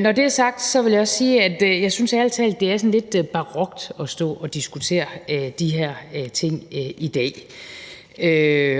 Når det er sagt, vil jeg også sige, at jeg ærlig talt synes, det er sådan lidt barokt at stå og diskutere de her ting i dag